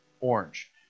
orange